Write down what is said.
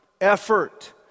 effort